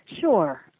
Sure